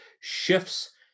shifts